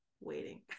waiting